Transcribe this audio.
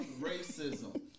racism